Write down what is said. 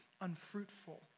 unfruitful